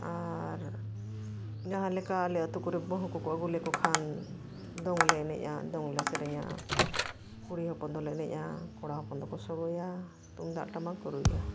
ᱟᱨ ᱡᱟᱦᱟᱸ ᱞᱮᱠᱟ ᱟᱞᱮ ᱟᱹᱛᱩ ᱠᱚᱨᱮ ᱵᱟᱦᱩ ᱠᱚᱠᱚ ᱟᱹᱜᱩ ᱞᱮᱠᱚ ᱠᱷᱟᱱ ᱫᱚᱝ ᱞᱮ ᱮᱱᱮᱡᱼᱟ ᱫᱚᱝ ᱞᱮ ᱥᱮᱨᱮᱧᱟ ᱠᱩᱲᱤ ᱦᱚᱯᱚᱱ ᱫᱚᱞᱮ ᱮᱱᱮᱡᱼᱟ ᱠᱚᱲᱟ ᱦᱚᱯᱚᱱ ᱫᱚᱠᱚ ᱥᱚᱜᱚᱭᱟ ᱛᱩᱢᱫᱟᱜ ᱴᱟᱢᱟᱠ ᱠᱚ ᱨᱩᱭᱟ